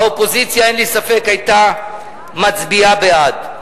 האופוזיציה אין לי ספק היתה מצביעה בעד.